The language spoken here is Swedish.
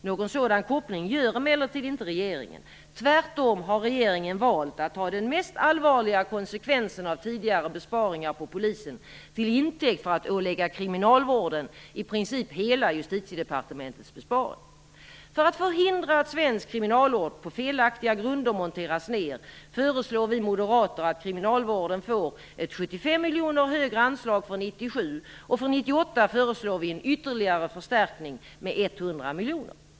Någon sådan koppling gör emellertid inte regeringen. Tvärtom har regeringen valt att ta den mest allvarliga konsekvensen av tidigare besparingar på polisen till intäkt för att ålägga kriminalvården i princip hela Justitiedepartementets besparing. För att förhindra att svensk kriminalvård på felaktiga grunder monteras ned föreslår vi moderater att kriminalvården får ett 75 miljoner högre anslag för 1997. För 1998 föreslår vi en ytterligare förstärkning med 100 miljoner.